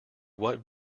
what